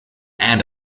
and